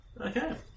Okay